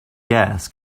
gas